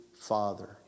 father